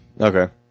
Okay